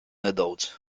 nedaudz